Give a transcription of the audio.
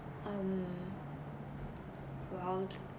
um well